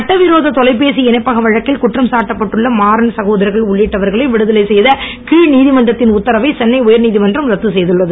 சட்ட விரோத தொலைபேசி இணைப்பக வழக்கில் குற்றம் சாட்டப்பட்டுள்ள மாறன் சகோதரர்கள் உள்ளிட்டவர்களை விடுதலை செய்த கீழ் நீதிமன்றத்தின் உத்தரவை சென்னை உயர்நீதமன்றம் ரத்து செய்துள்ளது